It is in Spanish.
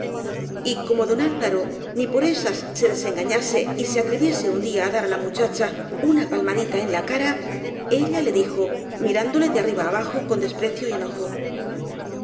burla y como don alvaro ni por esas se desengañase y se atreviese un día á dar á la muchacha una palmadita en la cara ella le dijo mirándole de arriba abajo con desprecio y enojo